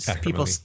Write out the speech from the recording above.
people